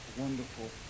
wonderful